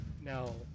Now